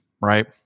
right